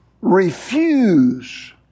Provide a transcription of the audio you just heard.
refuse